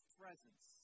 presence